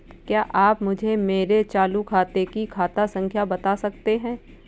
क्या आप मुझे मेरे चालू खाते की खाता संख्या बता सकते हैं?